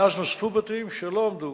מאז נוספו בתים שלא עמדו